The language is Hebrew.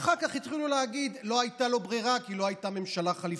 אחר כך התחילו להגיד: לא הייתה לו ברירה כי לא הייתה ממשלה חליפית.